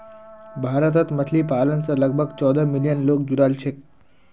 भारतत मछली पालन स लगभग चौदह मिलियन लोग जुड़ाल छेक